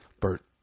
Bert